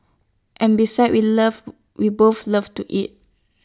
and besides we love we both love to eat